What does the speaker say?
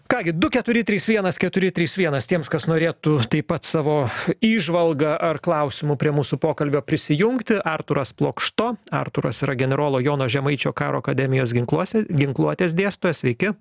ką gi du keturi trys vienas keturi trys vienas tiems kas norėtų taip pat savo įžvalga ar klausimu prie mūsų pokalbio prisijungti artūras plokšto artūras yra generolo jono žemaičio karo akademijos ginkluose ginkluotės dėstojas sveiki